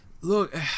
Look